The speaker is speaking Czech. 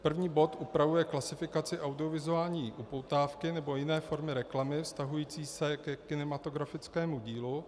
První bod upravuje klasifikaci audiovizuální upoutávky nebo jiné formy reklamy vztahující se ke kinematografickému dílu.